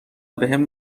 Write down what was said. بهم